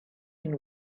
been